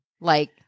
Like-